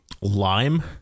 Lime